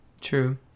True